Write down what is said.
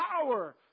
power